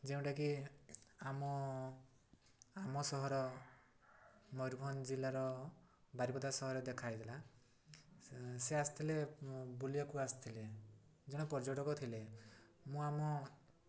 ଯେଉଁଟାକି ଆମ ଆମ ସହର ମୟୂରଭଞ୍ଜ ଜିଲ୍ଲାର ବାରିପଦା ସହରରେ ଦେଖା ହେଇଥିଲା ସେ ଆସିଥିଲେ ବୁଲିବାକୁ ଆସିଥିଲେ ଜଣେ ପର୍ଯ୍ୟଟକ ଥିଲେ ମୁଁ ଆମ